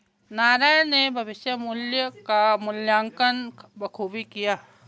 नारायण ने भविष्य मुल्य का मूल्यांकन बखूबी किया